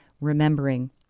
remembering